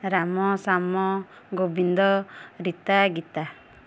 Ram Shyam Gobinda Rita Gita